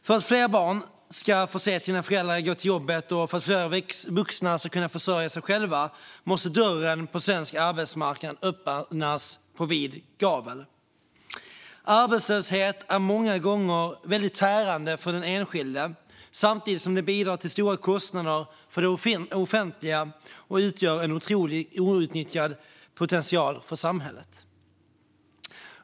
För att fler barn ska få se sina föräldrar gå till jobbet och för att fler vuxna ska kunna försörja sig själva måste dörren till svensk arbetsmarknad öppnas på vid gavel. Arbetslöshet är många gånger väldigt tärande för den enskilde, samtidigt som den bidrar till stora kostnader för det offentliga och utgör en otroligt outnyttjad potential för samhället.